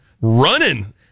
running